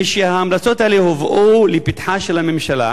כשההמלצות האלה הובאו לפתחה של הממשלה,